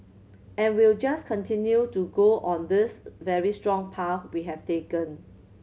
and we'll just continue to go on this very strong path we have taken